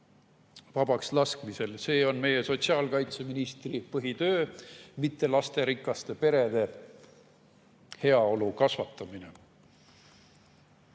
vabakslaskmisel. See on meie sotsiaalkaitseministri põhitöö, mitte lasterikaste perede heaolu kasvatamine.